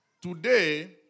Today